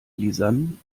lisann